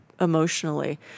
emotionally